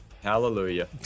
Hallelujah